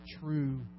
true